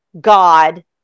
God